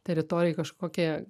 teritorijoj kažkokį